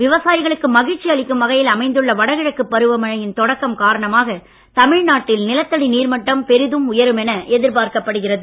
விவசாயிகளுக்கு மகிழ்ச்சி அளிக்கும் வகையில் அமைந்துள்ள வடகிழக்கு பருவமழையின் தொடக்கம் காரணமாக தமிழ்நாட்டில் நிலத்தடி நீர்மட்டம் பெரிதும் உயரும் என எதிர்பார்க்கப்படுகிறது